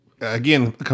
again